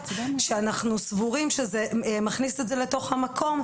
שאנחנו סבורים שזה מכניס את זה לתוך המקום